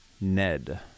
Ned